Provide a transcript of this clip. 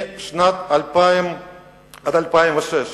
משנת 2000 עד 2006,